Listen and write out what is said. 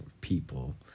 people